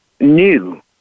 new